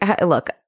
look